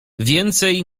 więcej